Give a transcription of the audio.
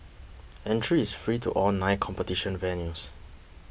entry is free to all nine competition venues